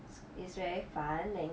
it's very fun and